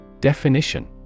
Definition